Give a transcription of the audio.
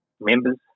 members